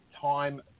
time